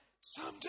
someday